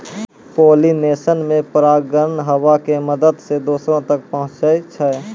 pollination मे परागकण हवा के मदत से दोसरो तक पहुचै छै